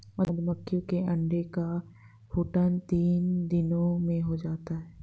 मधुमक्खी के अंडे का स्फुटन तीन दिनों में हो जाता है